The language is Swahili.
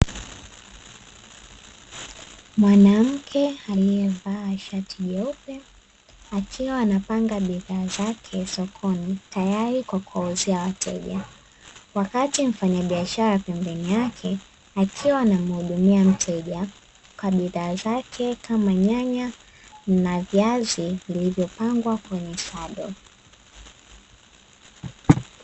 Mwanamke aliyevaa shati jeupe akiwa anapanga bidhaa zake sokoni tayari kwa kuwauzia wateja wakati mfanyabiashara pembeni yake akiwa anamhudumia mteja kwa bidhaa zake kama nyanya na viazi vilivyopangwa kwenye sado .